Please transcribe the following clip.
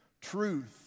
Truth